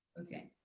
okay.